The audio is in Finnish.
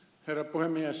herra puhemies